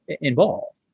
involved